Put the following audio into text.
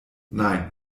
nein